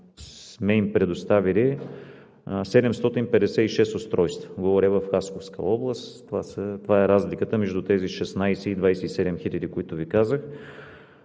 сме им предоставили 756 устройства – говоря в Хасковска област. Това е разликата между тези 16 и 27 хиляди, за които Ви казах.